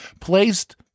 placed